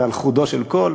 ועל חודו של קול,